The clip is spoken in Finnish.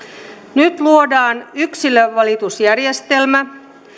nyt luodaan yksilövalitusjärjestelmä